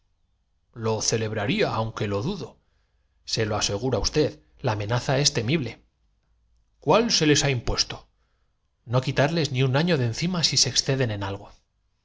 lo celebrarla aunque lo dudo se lo aseguro á usted la amenaza es temible cuál se les ha impuesto no quitarles ni un año de encima si se exceden en algo